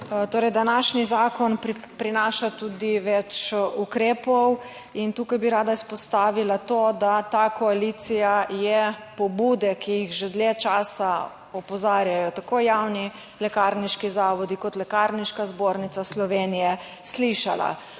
besedo. Današnji zakon prinaša tudi več ukrepov in tukaj bi rada izpostavila to, da ta koalicija je pobude, ki jih že dlje časa opozarjajo tako javni lekarniški zavodi kot Lekarniška zbornica Slovenije, slišala.